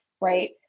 Right